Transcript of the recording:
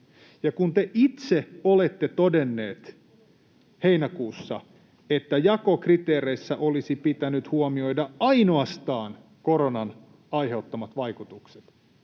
ja kun te itse olette todenneet heinäkuussa, että jakokriteereissä olisi pitänyt huomioida ainoastaan koronan aiheuttamat vaikutukset